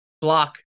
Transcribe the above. block